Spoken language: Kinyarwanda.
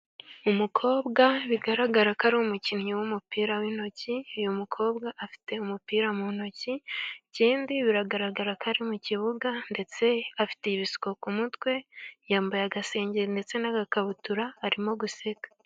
Umukobwa bigaragara ko ari umukinnyi w'umupira w'intoki .Uyu mukobwa afite umupira mu ntoki Ikindi, biragaragara ko ari mu kibuga ,ndetse afite ibisuko ku mutwe yambaye agasengeri ndetse n'agakabutura arimo guseka.